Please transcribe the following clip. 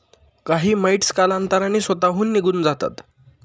काही माइटस कालांतराने स्वतःहून निघून जातात